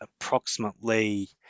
approximately